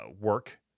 work